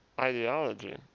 ideology